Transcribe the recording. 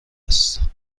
است